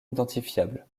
identifiables